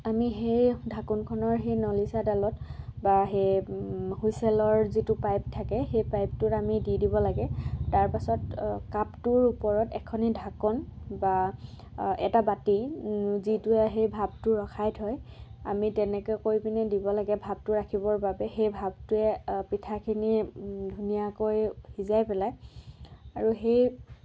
আমি সেই ঢাকোনখনৰ সেই নলিচাডালত বা সেই হুইচেলৰ যিটো পাইপ থাকে সেই পাইপটোত আমি দি দিব লাগে তাৰ পাছত কাপটোৰ ওপৰত এখনি ঢাকন বা এটা বাতি যিটো আহি ভাপটো ৰখাই থয় আমি তেনেকৈ কৰি পিনে দিব লাগে ভাপটো ৰাখিবৰ বাবে সেই ভাপটোৱে পিঠাখিনি ধুনীয়াকৈ সিজাই পেলায় আৰু সেই